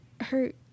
hurt